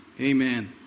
Amen